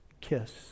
kiss